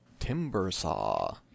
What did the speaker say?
Timbersaw